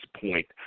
point